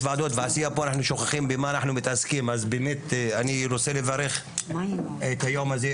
אני רוצה לברך את היום הזה,